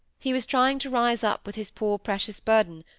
he was trying to rise up with his poor precious burden,